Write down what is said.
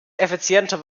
effizienter